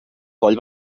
coll